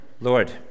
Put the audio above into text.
Lord